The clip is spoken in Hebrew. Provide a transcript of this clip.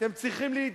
אתם צריכים להתבייש.